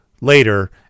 later